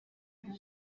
nta